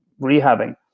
rehabbing